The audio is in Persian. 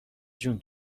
جون